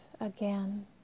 again